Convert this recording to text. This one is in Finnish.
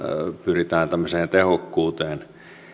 pyritään tehokkuuteen